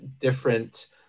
different